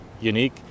unique